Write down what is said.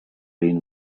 been